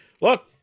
look